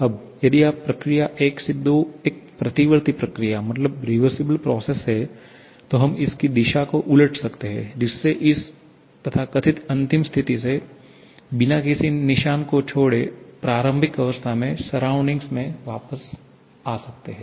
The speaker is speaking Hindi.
अब यदि यह प्रक्रिया 1 से 2 एक प्रतिवर्ती प्रक्रिया है तो हम इसकी दिशा को उलट सकते हैं जिससे इस तथा कथित अंतिम स्थिति से बिना किसी निशान को छोड़े प्रारंभिक अवस्था में सराउंडिंग मे वापस आ सकते हैं